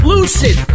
Lucid